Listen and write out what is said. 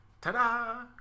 ta-da